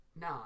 No